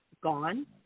gone